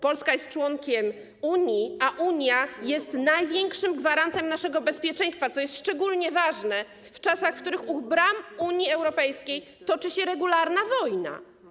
Polska jest członkiem Unii, która jest największym gwarantem naszego bezpieczeństwa, co jest szczególnie ważne w czasach, w których u bram Unii Europejskiej toczy się regularna wojna.